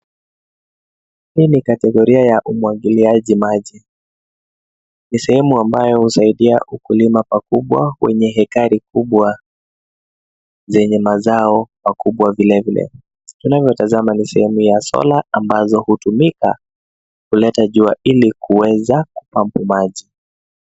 Hii ni kategoria ya umwagiliaji maji. Ni sehemu ambayo husaidia ukulima pakubwa wenye hekari kubwa zenye mazao makubwa vile vile. Tunavyotazama ni sehemu ya solar ambazo hutumika kuleta jua ili kuweza kupambu maji.